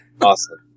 Awesome